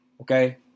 Okay